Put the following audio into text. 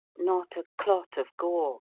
not a clot of gore